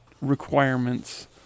requirements